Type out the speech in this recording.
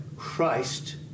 Christ